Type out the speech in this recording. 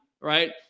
right